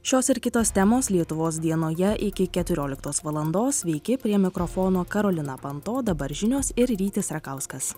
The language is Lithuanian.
šios ir kitos temos lietuvos dienoje iki keturioliktos valandos sveiki prie mikrofono karolina panto o dabar žinios ir rytis rakauskas